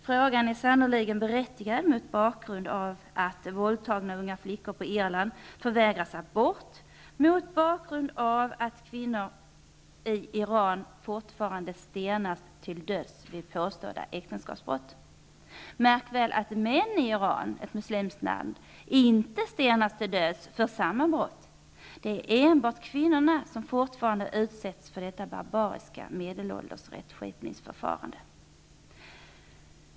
Frågan är sannerligen berättigad mot bakgrund av att våldtagna unga flickor på Irland förvägras abort och mot bakgrund av att kvinnor i Iran fortfarande stenas till döds vid påstådda äktenskapsbrott. Märk väl att män i Iran -- ett muslimskt land -- inte stenas till döds för samma brott. Det är enbart kvinnorna som fortfarande utsätts för detta barbariska medeltida rättskipningsförfarande.